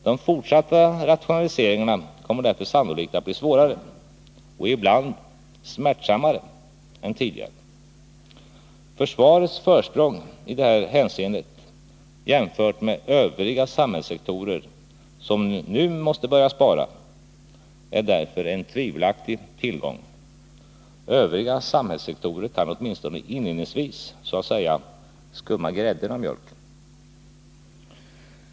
De fortsatta rationaliseringarna kommer därför sannolikt att bli svårare, och ibland smärtsammare, än tidigare. Försvarets försprång i detta hänseende jämfört med övriga samhällssektorer, som nu måste börja spara, är därför en tvivelaktig tillgång; övriga samhällssektorer kan åtminstone inledningsvis så att säga skumma grädden av mjölken.